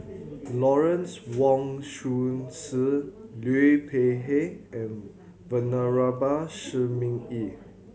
Lawrence Wong Shyun Liu Peihe and Venerable Shi Ming Yi